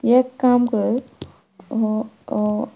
एक काम कर